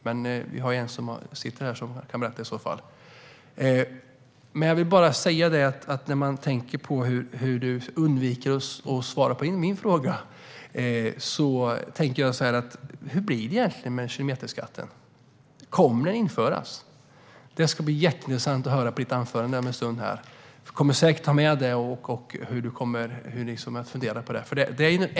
Men det finns en som sitter här som kan berätta det. Du undviker att svara på min fråga, men jag undrar: Hur blir det egentligen med kilometerskatten? Kommer den att införas? Det ska bli jätteintressant att höra det i ditt anförande om en stund. Du kommer säkert att ta upp hur ni ser på den frågan.